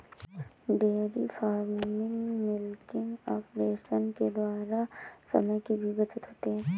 dairy farming milking operation के द्वारा समय की भी बचत होती है